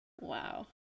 Wow